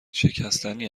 شکستنی